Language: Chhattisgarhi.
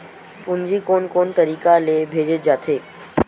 पूंजी कोन कोन तरीका ले भेजे जाथे?